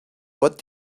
what